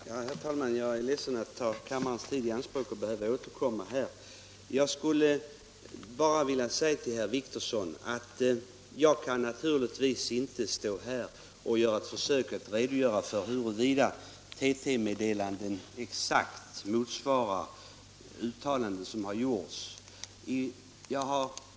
Herr talman! Jag beklagar att jag måste ta kammarens tid i anspråk för att återkomma i dessa frågor. Men jag skulle vilja säga till herr Wictorsson att jag naturligtvis inte kan stå här och försöka redogöra för huruvida TT-meddelanden exakt motsvarar uttalanden som har gjorts.